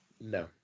no